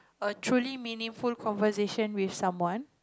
a truly meaningful conversation with someone